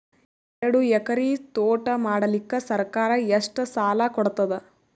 ಎರಡು ಎಕರಿ ತೋಟ ಮಾಡಲಿಕ್ಕ ಸರ್ಕಾರ ಎಷ್ಟ ಸಾಲ ಕೊಡತದ?